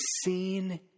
seen